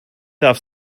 darf